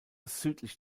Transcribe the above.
südlich